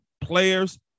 players